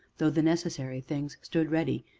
though the necessary things stood ready,